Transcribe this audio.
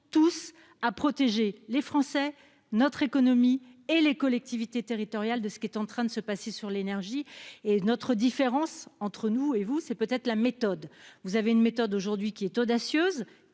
tous à protéger les Français, notre économie et les collectivités territoriales de ce qui est en train de se passer sur l'énergie et notre différence entre nous et vous c'est peut être la méthode, vous avez une méthode aujourd'hui qui est audacieuse